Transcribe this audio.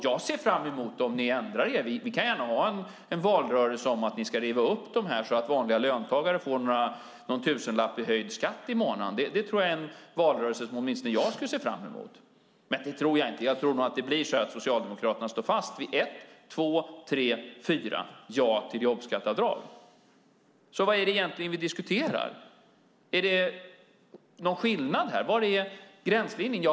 Jag ser fram emot om ni ändrar er. Vi kan gärna ha en valrörelse om att ni ska riva upp detta så att vanliga löntagare får någon tusenlapp i höjd skatt i månaden. Det tror jag är en valrörelse som åtminstone jag skulle se fram emot. Men jag tror inte att det blir så, jag tror nog att Socialdemokraterna står fast vid ett, två, tre och fyra ja till jobbskatteavdrag. Så: Vad är det egentligen vi diskuterar? Är det någon skillnad här? Var är gränslinjen?